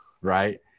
right